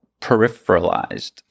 peripheralized